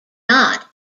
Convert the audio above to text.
not